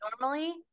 Normally